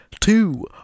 two